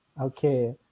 Okay